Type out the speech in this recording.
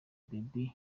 barbie